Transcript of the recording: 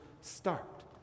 start